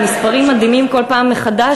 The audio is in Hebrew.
המספרים מדהימים כל פעם מחדש,